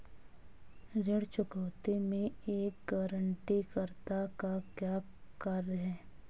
ऋण चुकौती में एक गारंटीकर्ता का क्या कार्य है?